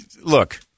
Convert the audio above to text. Look